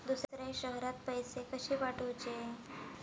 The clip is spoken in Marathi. दुसऱ्या शहरात पैसे कसे पाठवूचे?